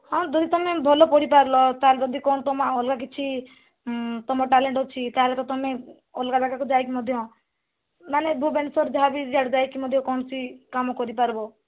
ହଁ ଯଦି ଭଲ ପଢ଼ି ପାରିଲ ତା'ହେଲେ ଯଦି କ'ଣ ତମ ଆଉ ଅଲଗା କିଛି ତମ ଟ୍ୟାଲେଣ୍ଟ ଅଛି ତା'ହେଲେ ତ ତମେ ଅଲଗା ଜାଗାକୁ ଯାଇକି ମଧ୍ୟ ମାନେ ଭୁବନେଶ୍ୱର ଯାହା ବି ସିଆଡ଼େ ଯାଇକି ମଧ୍ୟ କୌଣସି କାମ କରି ପାରିବ